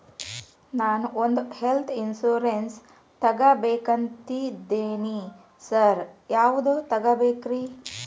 ನಾನ್ ಒಂದ್ health insurance ತಗಬೇಕಂತಿದೇನಿ sir ಯಾವದ ತಗಬೇಕ್ರಿ?